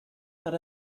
that